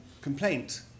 complaint